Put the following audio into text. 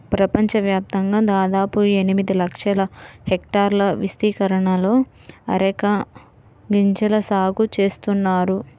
ప్రపంచవ్యాప్తంగా దాదాపు ఎనిమిది లక్షల హెక్టార్ల విస్తీర్ణంలో అరెక గింజల సాగు చేస్తున్నారు